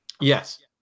yes